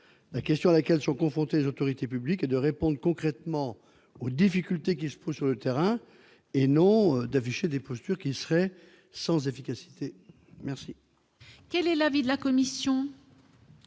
La question à laquelle sont confrontées les autorités publiques est de répondre concrètement aux difficultés qui se posent sur le terrain, non d'afficher des postures sans efficacité ! Quel est l'avis de la commission ?